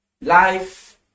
life